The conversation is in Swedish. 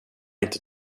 inte